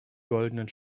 goldenen